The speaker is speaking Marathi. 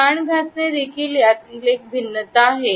कान घासणे देखील त्यातील एक भिन्नता आहे